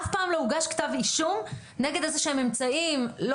אף פעם לא הוגש כתב אישום נגד איזשהם אמצעים לא